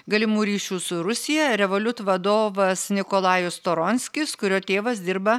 galimų ryšių su rusija revoliut vadovas nikolajus storonskis kurio tėvas dirba